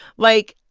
like,